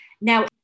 Now